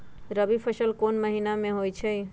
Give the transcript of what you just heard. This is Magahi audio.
रबी फसल कोंन कोंन महिना में होइ छइ?